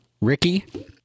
Ricky